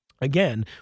Again